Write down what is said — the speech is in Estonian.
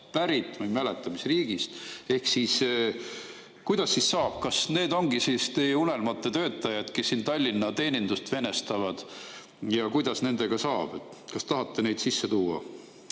pärit, ma ei mäleta, mis riigist. Kuidas siis saab? Kas need ongi siis teie unelmate töötajad, kes siin Tallinna teenindust venestavad? Kuidas nendega saab? Kas tahate neid sisse tuua?